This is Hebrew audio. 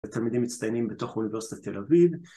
תלמידים מצטיינים בתוך אוניברסיטת תל אביב